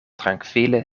trankvile